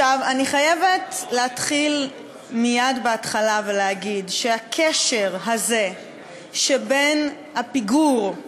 אני חייבת להגיד מייד בהתחלה שהקשר הזה שבין הפיגור,